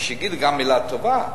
אבל שיגיד גם מלה טובה.